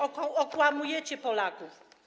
Okłamujecie Polaków.